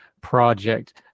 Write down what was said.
Project